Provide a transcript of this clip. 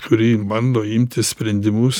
kuri bando imti sprendimus